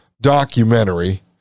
documentary